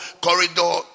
corridor